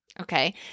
Okay